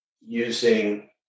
using